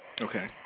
okay